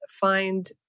find